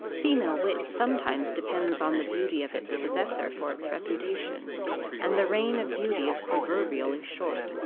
female wit sometimes depends on the beauty of its possessor for its reputation and the reign of beauty is proverbially short,